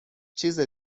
چیز